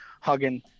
hugging